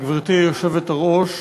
גברתי היושבת-ראש,